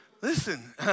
Listen